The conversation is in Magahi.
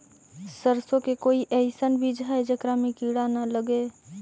सरसों के कोई एइसन बिज है जेकरा में किड़ा न लगे?